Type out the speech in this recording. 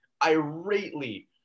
irately